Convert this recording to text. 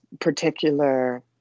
particular